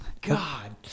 God